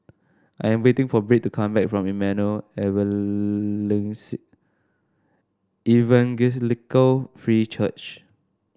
I am waiting for Britt to come back from Emmanuel Evangelical Free Church